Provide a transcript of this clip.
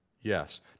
Yes